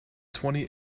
twenty